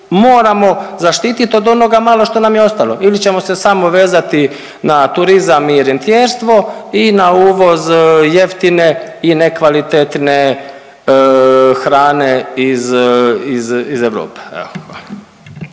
moramo zaštiti od onoga malo što nam je ostalo ili ćemo se samo vezati na turizam i rentijerstvo i na uvoz jeftine i nekvalitetne hrane iz Europe.